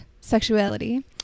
sexuality